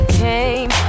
came